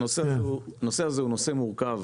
הנושא הזה הוא נושא מורכב,